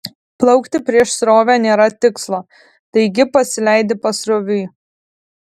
plaukti prieš srovę nėra tikslo taigi pasileidi pasroviui